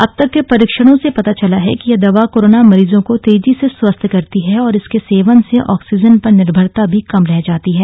अब तक के परीक्षणों से पता चला है कि यह दवा कोरोना मरीजों को तेजी से स्वस्थ करती है और इसके सेवन से ऑक्सीजन पर निर्भरता भी कम रह जाती है